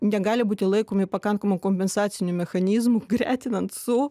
negali būti laikomi pakankamu kompensaciniu mechanizmu gretinant su